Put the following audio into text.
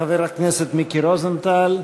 חבר הכנסת מיקי רוזנטל,